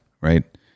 right